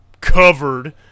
covered